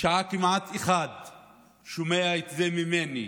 בשעה 01:00 כמעט, שומע את זה ממני,